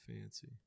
fancy